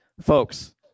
Folks